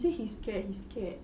he said he's scared he's scared